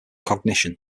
cognition